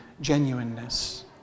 genuineness